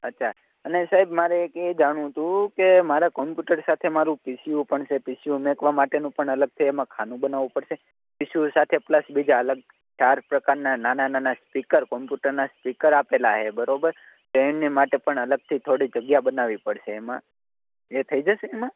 અચ્છા અને સાહેબ મારે એ એક જાણવું હતું કે મારા કોંપ્યુટર સાથે મારું પીસીયુ પણ છે પીસીયુ મુકવા માટેનું પણ અલગથી એમાં ખાનું બનાવવું પડશે પીસીયુ સાથે પ્લસ બીજા અલગ ચાર પ્રકારના નાના નાના સ્પીકર કોમ્પ્યુટરનાં સ્પીકર આપેલાં છે બરોબર એને માટે પણ અલગથી થોડી જગ્યા બનાવવી પડશે એમાં એ થઈ જશે એમાં